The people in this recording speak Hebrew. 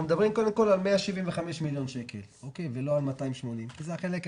מדברים קודם כל על 175 מיליון שקל ולא על 280. זה החלק היחסי.